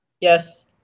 Yes